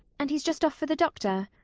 and he's just off for the doctor.